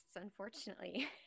unfortunately